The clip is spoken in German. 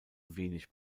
wenig